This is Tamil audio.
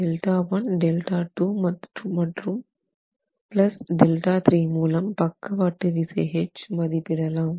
Δ 1 Δ 2 Δ மூலம் பக்கவாட்டு விசை H மதிப்பிடலாம்